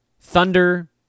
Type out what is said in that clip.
Thunder